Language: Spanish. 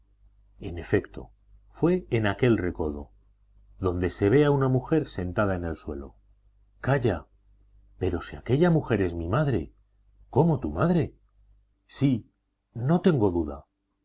en efecto fue en aquel recodo donde se ve a una mujer sentada en el suelo calla pues si aquella mujer es mi madre cómo tu madre sí no tengo duda